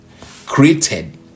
created